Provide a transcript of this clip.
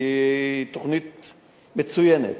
היא תוכנית מצוינת,